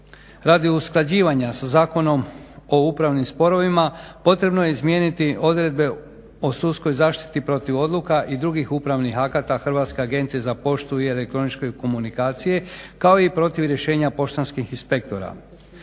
radi usklađivanja sa zakonom o upravnim sporovima potrebno je izmijenjati odredbe o sudskoj zaštiti protiv odluka i drugih upravnih akata Hrvatske agencije za poštu i elektroničke komunikacije kao i protiv rješenja poštanskih inspektora.